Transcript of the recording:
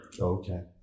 Okay